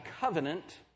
covenant